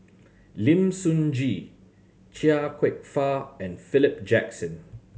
Lim Sun Gee Chia Kwek Fah and Philip Jackson